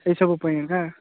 ଏଇସବୁ ପାଇଁ ଏକା